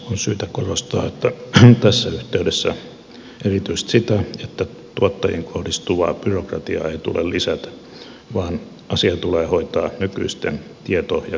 on syytä korostaa tässä yhteydessä erityisesti sitä että tuottajiin kohdistuvaa byrokratiaa ei tule lisätä vaan asia tulee hoitaa nykyisten tieto ja kirjanpitojärjestelmien avulla